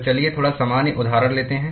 तो चलिए थोड़ा सामान्य उदाहरण लेते हैं